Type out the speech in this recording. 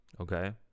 okay